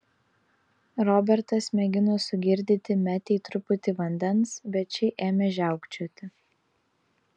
robertas mėgino sugirdyti metei truputį vandens bet ši ėmė žiaukčioti